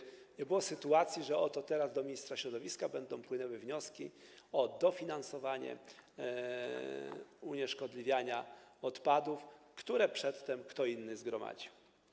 Chodzi o to, żeby nie było sytuacji, że oto teraz do ministra środowiska będą płynęły wnioski o dofinansowanie unieszkodliwiania odpadów, które przedtem kto inny zgromadził.